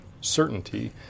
certainty